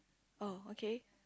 oh okay